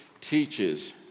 teaches